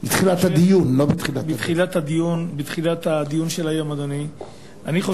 מתחילת הדיון, לא מתחילת הדרך.